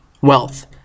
wealth